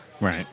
Right